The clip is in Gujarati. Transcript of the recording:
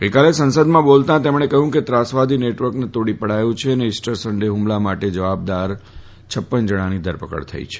ગઈકાલે સંસદમાં બોલતાં તેમણે જણાવ્યું કે ત્રાસવાદી નેટવર્કને તોડી પાડયું છે અને ઈસ્ટર સન્ડેના હ્મલા માટે પડ જણાની ધરપકડ થઈ છે